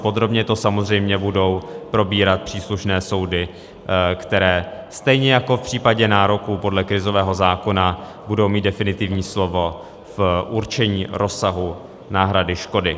Podrobně to samozřejmě budou probírat příslušné soudy, které stejně jako v případě nároků podle krizového zákona budou mít definitivní slovo v určení rozsahu náhrady škody.